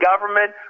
government